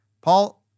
Paul